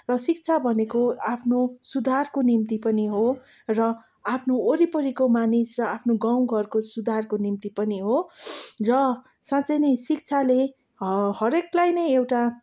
र शिक्षा भनेको आफ्नो सुधारको निम्ति पनि हो र आफ्नो वरिपरिको मानिस र आफ्नो गाउँ घरको सुधारको निम्ति पनि हो र साँच्चै नै शिक्षाले हरेकलाई नै एउटा